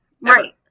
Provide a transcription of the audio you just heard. Right